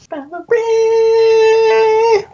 Valerie